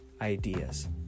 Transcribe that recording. ideas